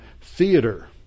theater